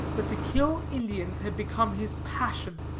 but to kill indians had become his passion.